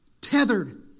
tethered